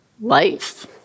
life